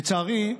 לצערי,